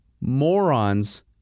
morons